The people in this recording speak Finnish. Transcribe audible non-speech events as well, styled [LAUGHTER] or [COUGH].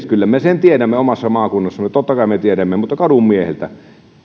[UNINTELLIGIBLE] kyllä me sen tiedämme omassa maakunnassamme totta kai me tiedämme mutta kysykääpä kadunmieheltä